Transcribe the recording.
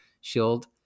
shield